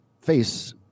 face